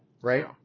Right